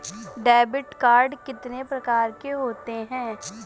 Debit card कितनी प्रकार के होते हैं?